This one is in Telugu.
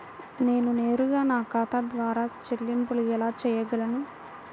నేను నేరుగా నా ఖాతా ద్వారా చెల్లింపులు ఎలా చేయగలను?